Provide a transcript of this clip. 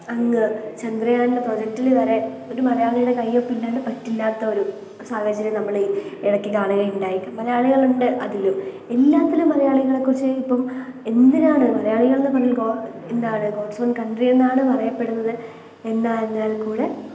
അങ്ങ് ചന്ദ്രയാൻ്റെ പ്രൊജക്ടിൽ വരെ ഒരു മലയാളിയുടെ കയ്യൊപ്പില്ലാണ്ട് പറ്റില്ലാത്തൊരു സാഹചര്യം നമ്മളീ ഇടയ്ക്ക് കാണുകയുണ്ടായി മലയാളികളുണ്ട് അതിലും എല്ലാത്തിലും മലയാളികളെക്കുറിച്ച് ഇപ്പം എന്തിനാണ് മലയാളികളെന്ന് പറഞ്ഞാൽ എന്താണ് ഗോഡ്സ് ഓൺ കൺഡ്രീ എന്നാണ് പറയപ്പെടുന്നത് എന്നാൽ എന്നാൽക്കൂടെ